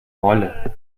wolle